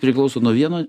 priklauso nuo vieno